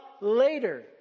later